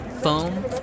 foam